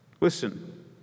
Listen